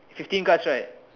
fifteen cards right